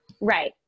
right